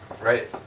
Right